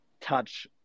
touch